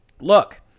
look